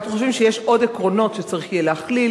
אנחנו חושבים שיש עוד עקרונות שיהיה צריך לכלול.